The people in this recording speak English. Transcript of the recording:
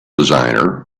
designer